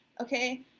okay